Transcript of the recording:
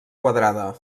quadrada